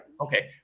Okay